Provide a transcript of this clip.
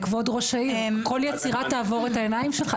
כבוד ראש העיר, כל יצירה תעבור את העיניים שלך?